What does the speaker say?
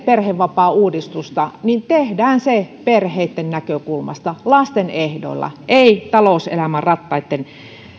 perhevapaauudistusta niin tehdään se perheitten näkökulmasta lasten ehdoilla ei talouselämän rattaitten